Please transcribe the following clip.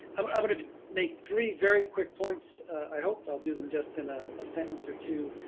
um i wanna make three very quick points! i hope i'll do them just in a ah sentence or two